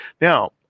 Now